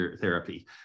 therapy